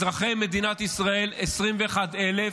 אזרחי מדינת ישראל, 21,000